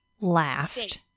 laughed